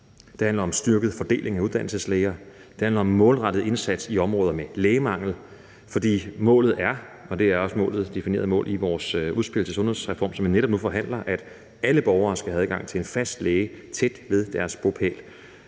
det handler om styrket fordeling af uddannelseslæger, det handler om en målrettet indsats i områder med lægemangel. For målet er – og det er også et defineret mål i vores udspil til sundhedsreform, som vi netop nu forhandler – at alle borgere skal have adgang til en fast læge tæt ved deres bopæl.